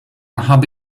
habe